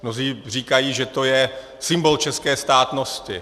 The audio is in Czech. Mnozí říkají, že to je symbol české státnosti.